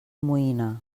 moïna